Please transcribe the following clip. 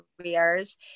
careers